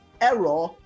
error